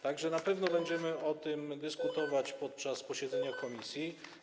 Tak że na pewno będziemy o tym dyskutować podczas posiedzenia komisji.